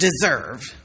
deserve